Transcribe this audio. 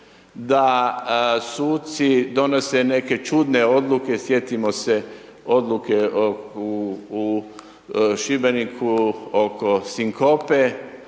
da suci donose neke čudne odluke, sjetimo se odluke u Šibeniku oko sinkope,